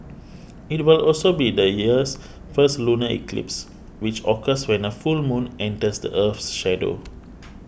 it will also be the year's first lunar eclipse which occurs when a full moon enters the Earth's shadow